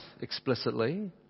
explicitly